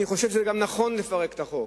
אני חושב שזה גם נכון לפרק את החוק.